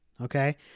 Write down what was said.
Okay